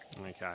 Okay